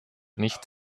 nicht